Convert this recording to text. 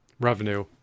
revenue